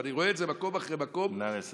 אבל אני רואה את זה במקום אחרי מקום, נא לסיים.